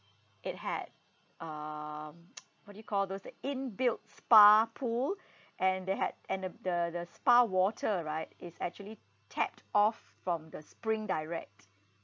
it had um what do you call those the inbuilt spa pool and they had and uh the the spa water right is actually tapped off from the spring direct